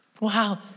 wow